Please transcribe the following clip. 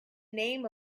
name